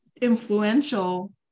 influential